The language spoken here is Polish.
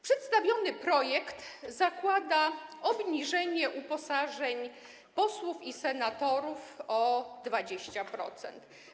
Przedstawiony projekt zakłada obniżenie uposażeń posłów i senatorów o 20%.